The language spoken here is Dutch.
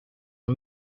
een